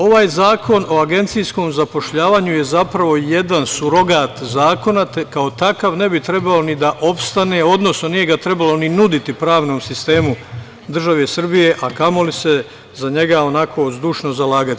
Ovaj Zakon o agencijskom zapošljavanju je zapravo jedan surogat zakona te kao takav ne bi trebao ni da opstane, odnosno nije ga trebalo ni nuditi pravnom sistemu države Srbije, a kamoli se za njega onako zdušno zalagati.